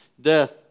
Death